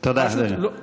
פשוט לא, תודה, אדוני.